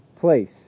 place